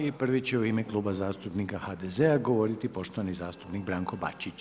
I prvi će u ime Kluba zastupnika HDZ-a govoriti poštovani zastupnik Branko Bačić.